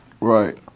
Right